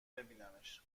ببینمش